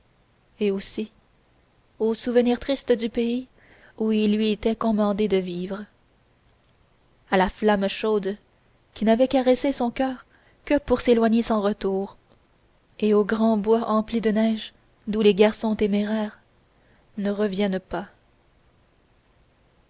et aussi aux souvenirs tristes du pays où il lui était commandé de vivre à la flamme chaude qui n'avait caressé son coeur que pour s'éloigner sans retour et aux grands bois emplis de neige d'où les garçons téméraires ne reviennent pas